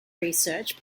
research